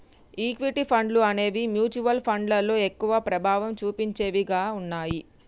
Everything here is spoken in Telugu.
ఈక్విటీ ఫండ్లు అనేవి మ్యూచువల్ ఫండ్లలో ఎక్కువ ప్రభావం చుపించేవిగా ఉన్నయ్యి